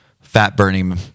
fat-burning